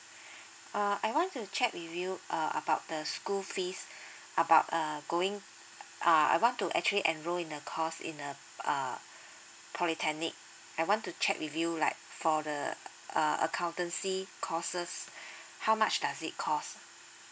uh I want to check with you uh about the school fees about uh going uh I want to actually enroll in a course in a uh polytechnic I want to check with you like for the uh accountancy courses how much does it cost